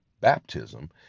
baptism